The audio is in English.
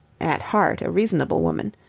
at heart a reasonable woman,